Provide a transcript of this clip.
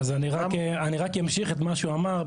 אז אני רק אמשיך את מה שהוא אמר.